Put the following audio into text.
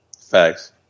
Facts